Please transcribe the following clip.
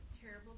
terrible